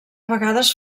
vegades